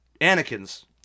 Anakin's